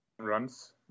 runs